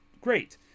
great